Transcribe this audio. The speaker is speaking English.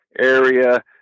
area